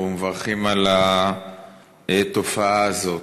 ומברכים על התופעה הזאת.